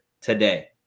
today